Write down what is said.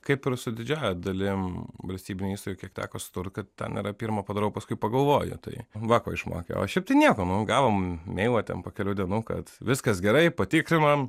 kaip ir su didžiąja dalim valstybinių įstaigų kiek teko susidurti kad ten yra pirma padarau paskui pagalvoju tai va ko išmokė o šiaip tai nieko nu gavome meilą po kelių dienų kad viskas gerai patikrinom